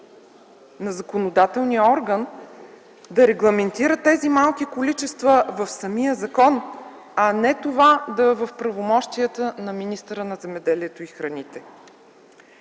на законодателния орган да регламентира тези малки количества в самия закон, а не това да е в правомощията на министъра на земеделието и храните.